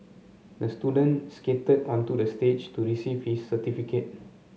the student skated onto the stage to receive his certificate